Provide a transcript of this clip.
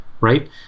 right